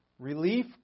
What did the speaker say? Relief